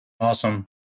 Awesome